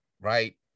Right